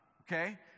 okay